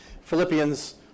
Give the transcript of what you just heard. Philippians